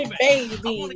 baby